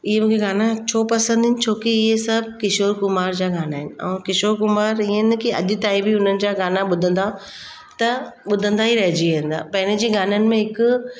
इहा बि गाना छो पसंदि आहिनि छोकी इहे सभु किशोर कुमार जा गाना आहिनि ऐं किशोर कुमार हीअं न की अॼु ताईं बि हुननि जा गाना ॿुधंदा त ॿुधंदा ई रहिजी वेंदा पहिरें जे गाननि में हिकु